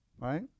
right